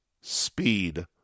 speed